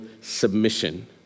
submission